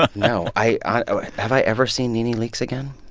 ah no, i ah i have i ever seen nene leakes again?